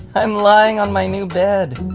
i'm lying on my new bed.